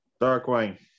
Darkwing